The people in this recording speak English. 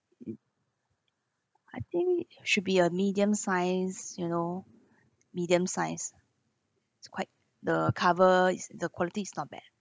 I think should be a medium size you know medium size it's quite the cover is the quality is not bad